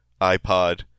iPod